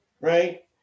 Right